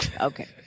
Okay